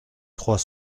trois